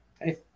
hey